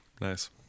Nice